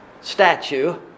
statue